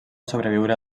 sobreviure